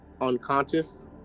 unconscious